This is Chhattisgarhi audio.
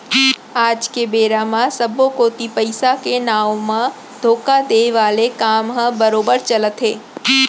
आज के बेरा म सबे कोती पइसा के नांव म धोखा देय वाले काम ह बरोबर चलत हे